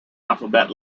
alphabet